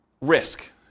risk